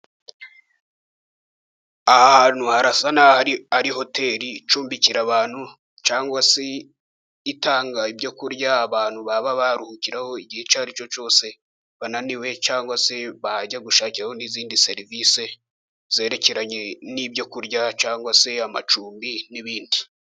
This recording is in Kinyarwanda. Aha hantu harasa n'aho ari hoteri icumbikira abantu, cyangwa se itanga ibyo kurya abantu baba baruhukiraho igihe icyo aricyo cyose bananiwe, cyangwa se bajya gushakiraho n'izindi serivisi zerekeranye n'ibyo kurya cyangwa se amacumbi n'ibindi.